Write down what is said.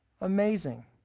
Amazing